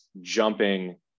jumping